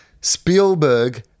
Spielberg